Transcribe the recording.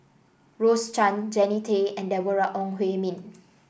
Rose Chan Jannie Tay and Deborah Ong Hui Min